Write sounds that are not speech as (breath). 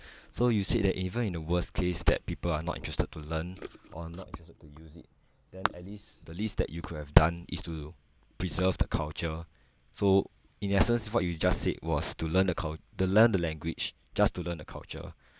(breath) so you said that even in the worst case that people are not interested to learn or not interested to use it then at least the least that you could have done is to preserve the culture so in a sense what you just said was to learn the cul~ to learn the language just to learn the culture